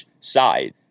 side